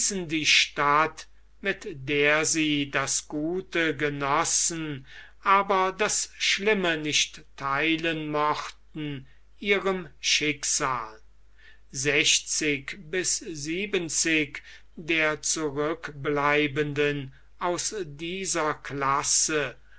die stadt mit der sie das gute genossen aber das schlimme nicht theilen mochten ihrem schicksal sechzig bis siebenzig der zurückbleibenden aus dieser klasse